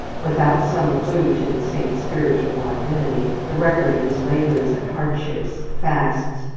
without some clue to the saint's spiritual identity, the record of his labours and hardships, fasts,